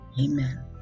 Amen